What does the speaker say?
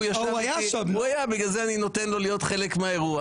הוא היה, בגלל זה אני נותן לו להיות חלק מהאירוע.